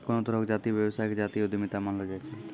कोनो तरहो के जातीय व्यवसाय के जातीय उद्यमिता मानलो जाय छै